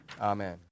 Amen